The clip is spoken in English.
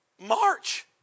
March